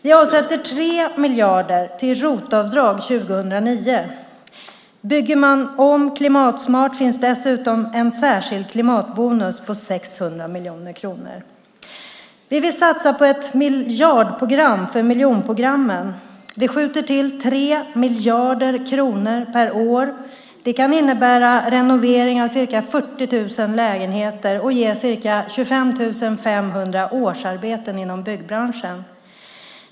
Vi avsätter 3 miljarder till ROT-avdrag år 2009. Bygger man om klimatsmart finns det dessutom en särskild klimatbonus på 600 miljoner kronor. Vi vill satsa på ett miljardprogram för miljonprogrammen. Vi skjuter till 3 miljarder kronor per år. Det kan innebära renoveringar av ca 40 000 lägenheter och ge ca 25 500 årsarbeten inom byggbranschen.